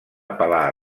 apel·lar